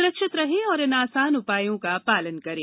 सुरक्षित रहें और इन आसान उपायों का पालन करें